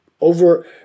over